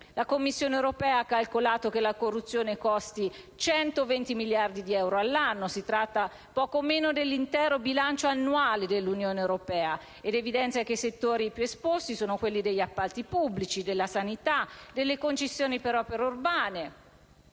La Commissione europea ha calcolato che la corruzione costa 120 miliardi di euro all'anno, poco meno dell'intero bilancio annuale dell'Unione europea, ed ha evidenziato che i settori più esposti sono quelli degli appalti pubblici, della sanità e delle concessioni per opere urbane.